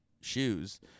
shoes